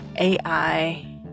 ai